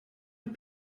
mit